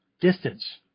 distance